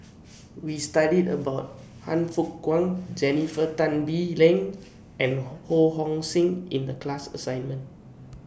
We studied about Han Fook Kwang Jennifer Tan Bee Leng and Ho Hong Sing in The class assignment